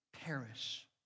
perish